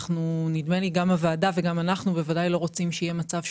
נדמה לי שגם הוועדה וגם אנחנו בוודאי לא רוצים שיהיה מצב,